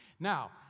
Now